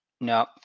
No